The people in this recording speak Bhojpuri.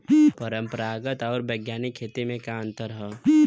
परंपरागत आऊर वैज्ञानिक खेती में का अंतर ह?